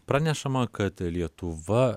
pranešama kad lietuva